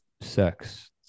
sex